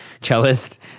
cellist